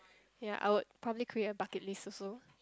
ya I would probably create a bucket list also